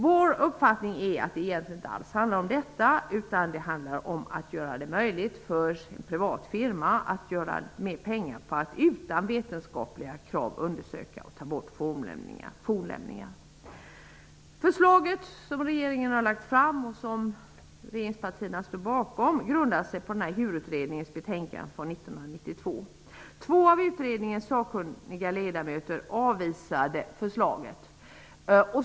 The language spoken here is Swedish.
Vår uppfattning är att det inte alls handlar om detta, utan det handlar om att göra det möjligt för privata firmor att tjäna pengar på att utan vetenskapliga krav undersöka och ta bort fornlämningar. Det förslag som regeringen har lagt fram och som regeringspartierna står bakom grundar sig på HUR-utredningens betänkande från 1992. Två av utredningens sakkunniga ledamöter avvisade förslaget.